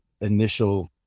initial